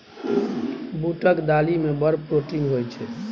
बूटक दालि मे बड़ प्रोटीन होए छै